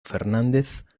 fernández